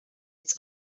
its